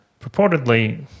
purportedly